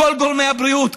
כל גורמי הבריאות,